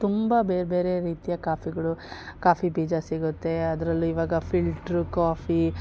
ತುಂಬ ಬೇರೆ ಬೇರೆ ರೀತಿಯ ಕಾಫಿಗಳು ಕಾಫಿ ಬೀಜ ಸಿಗುತ್ತೆ ಅದರಲ್ಲಿ ಇವಾಗ ಫಿಲ್ಟ್ರ್ ಕಾಫಿ